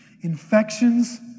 Infections